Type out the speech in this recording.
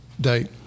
date